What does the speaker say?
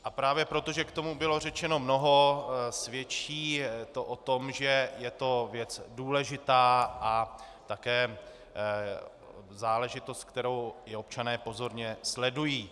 A právě proto, že k tomu bylo řečeno mnoho, svědčí to o tom, že je to věc důležitá a také záležitost, kterou i občané pozorně sledují.